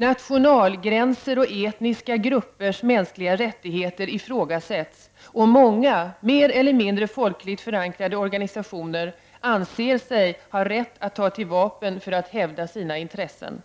Nationalgränser och etniska gruppers mänskliga rättigheter ifrågasätts, och många mer eller mindre folkligt förankrade organisationer anser sig ha rätt att ta till vapen för att hävda sina intressen.